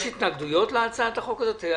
יש התנגדויות להצעת החוק הזאת?